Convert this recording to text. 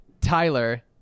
Tyler